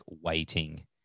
waiting